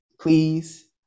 please